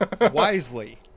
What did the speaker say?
wisely